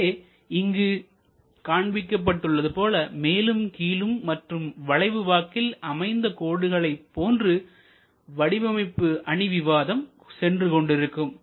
எனவே இங்கு காண்பிக்கப்பட்டுள்ளது போல மேலும் கீழும் மற்றும் வளைவு வாக்கில் அமைந்த கோடுகளைப் போன்று வடிவமைப்பு அணி விவாதம் சென்றுகொண்டிருக்கும்